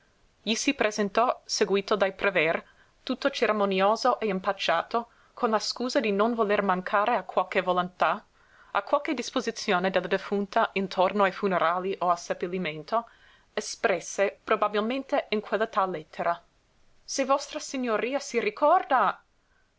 gli si presentò seguito dai prever tutto cerimonioso e impacciato con la scusa di non voler mancare a qualche volontà a qualche disposizione della defunta intorno ai funerali o al seppellimento espresse probabilmente in quella tal lettera se vostra signoria si ricorda